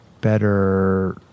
better